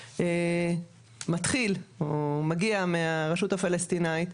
שמתחיל או מגיע מהרשות הפלסטינאית,